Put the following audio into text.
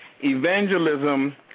evangelism